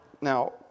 now